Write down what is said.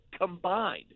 combined